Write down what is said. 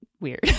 weird